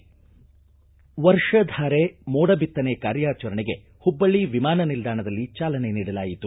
ವರ್ಷ ಧಾರೆ ಮೋಡ ಬಿತ್ತನೆ ಕಾರ್ಯಾಚರಣೆಗೆ ಹುಬ್ಬಳ್ಳಿ ವಿಮಾನ ನಿಲ್ದಾಣದಲ್ಲಿ ಚಾಲನೆ ನೀಡಲಾಯಿತು